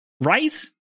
Right